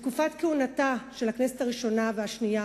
בתקופת הכהונה של הכנסת הראשונה והשנייה